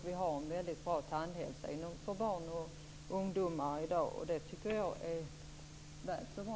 Vi har en mycket bra tandhälsa hos barn och ungdomar i dag. Det är väl så bra.